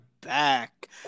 back